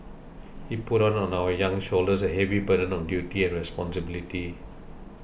he put on our young shoulders a heavy burden of duty and responsibility